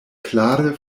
klare